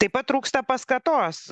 taip pat trūksta paskatos